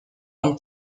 arme